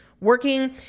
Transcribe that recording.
working